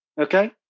Okay